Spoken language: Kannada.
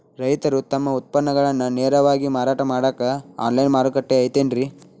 ರೈತರು ತಮ್ಮ ಉತ್ಪನ್ನಗಳನ್ನ ನೇರವಾಗಿ ಮಾರಾಟ ಮಾಡಾಕ ಆನ್ಲೈನ್ ಮಾರುಕಟ್ಟೆ ಐತೇನ್ರಿ?